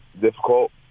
difficult